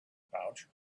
pouch